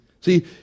See